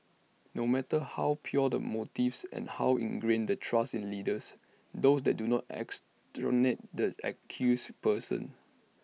no matter how pure the motives and how ingrained the trust in leaders those do not exonerate the accused persons